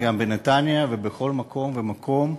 גם בנתניה ובכל מקום ומקום,